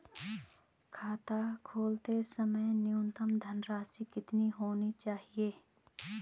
खाता खोलते समय न्यूनतम धनराशि कितनी होनी चाहिए?